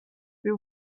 they